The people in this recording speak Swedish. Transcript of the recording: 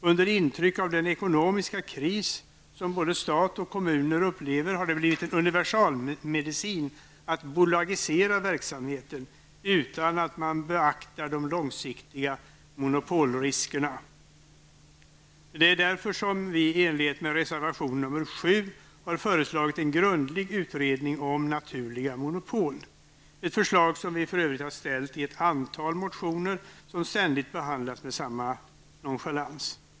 Under intryck av den ekonomiska kris som både stat och kommuner upplever har det blivit en universalmedicin att bolagisera verksamheten utan att man beaktar de långsiktiga monopolriskerna. Det är därför som vi i enlighet med reservation 7 har föreslagit en grundlig utredning om naturliga monopol, ett förslag som vi för övrigt ställt i ett antal motioner som ständigt behandlas med samma nonchalans.